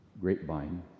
grapevine